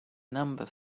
number